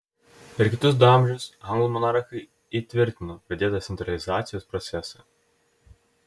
per kitus du amžius anglų monarchai įtvirtino pradėtą centralizacijos procesą